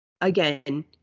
Again